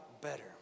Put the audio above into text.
better